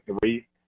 three